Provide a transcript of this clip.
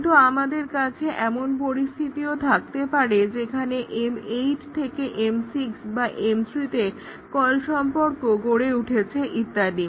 কিন্তু আমাদের কাছে এমন পরিস্থিতিও থাকতে পারে যেখানে M8 থেকে M6 বা M3 তে কল সম্পর্ক গড়ে উঠেছে ইত্যাদি